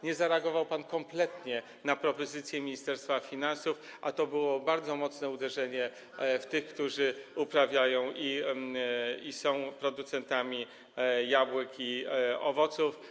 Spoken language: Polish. Nie zareagował pan kompletnie na propozycje Ministerstwa Finansów, a to było bardzo mocne uderzenie w tych, którzy uprawiają, są producentami jabłek i owoców.